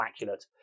immaculate